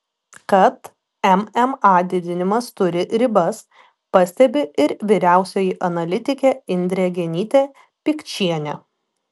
kad mma didinimas turi ribas pastebi ir vyriausioji analitikė indrė genytė pikčienė